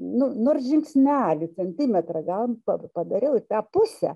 nu nors žingsnelį centimetrą gal padariau į tą pusę